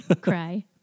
Cry